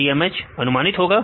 TMH अनुमानित होगा